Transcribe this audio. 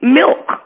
milk